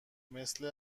مثل